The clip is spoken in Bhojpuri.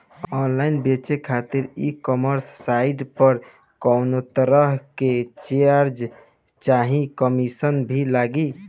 ऑनलाइन बेचे खातिर ई कॉमर्स साइट पर कौनोतरह के चार्ज चाहे कमीशन भी लागी?